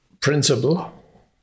principle